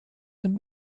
some